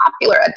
popular